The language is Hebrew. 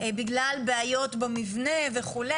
בגלל בעיות במבנה וכו'.